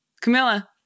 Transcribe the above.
Camilla